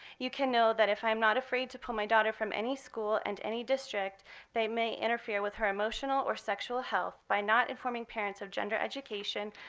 you can know that if i am not afraid to pull my daughter from any school and any district that may interfere with her emotional or sexual health by not informing parents of gender education,